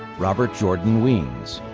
robert jordan wiens.